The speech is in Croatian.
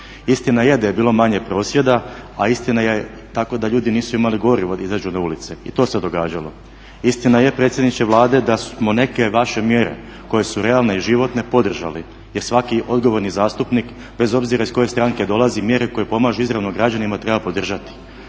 Istina je da je bilo manje prosvjeda, a istina je tako da ljudi nisu imali gorivo da izađu na ulice. I to se događalo. Istina je predsjedniče Vlade da smo neke vaše mjere koje su realne i životne podržali, jer svaki odgovorni zastupnik bez obzira iz koje stranke dolazi, mjere koje pomažu izravno građanima treba podržati.